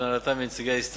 עם הנהלתו ועם נציגי ההסתדרות,